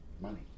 money